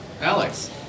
Alex